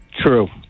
True